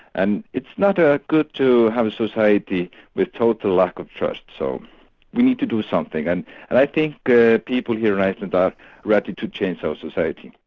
and it's not ah good to have a society with total lack of trust. so we need to do something, and and i think people here in iceland are ready to change our society.